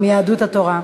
מיהדות התורה.